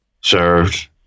served